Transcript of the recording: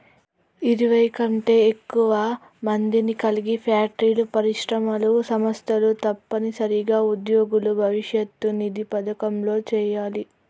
ఇరవై కంటే ఎక్కువ మందిని కలిగి ఫ్యాక్టరీలు పరిశ్రమలు సంస్థలు తప్పనిసరిగా ఉద్యోగుల భవిష్యత్ నిధి పథకంలో చేయాలి